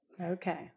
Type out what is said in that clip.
Okay